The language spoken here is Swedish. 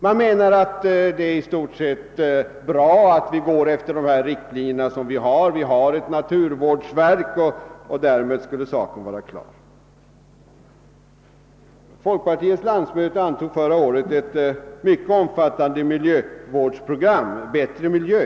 Man menar att allt i stort sett är bra och att vi skall gå efter de riktlinjer som finns; vi har ju ett naturvårdsverk, och därmed skulle saken vara klar. : Folkpartiets landsmöte antog förra året ett mycket omfattande miljövårdsprogram, »Bättre miljö».